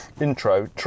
intro